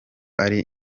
ari